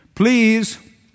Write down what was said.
Please